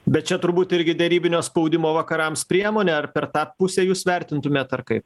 bet čia turbūt irgi derybinio spaudimo vakarams priemonė ar per tą pusę jūs vertintumėt ar kaip